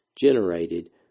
generated